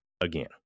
again